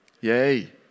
Yay